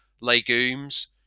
legumes